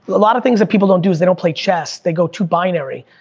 a lot of things that people don't do, is they don't play chess, they go too binary.